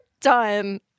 done –